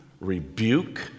rebuke